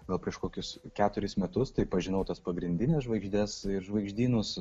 gal prieš kokius keturis metus tai pažinau tas pagrindines žvaigždes ir žvaigždynus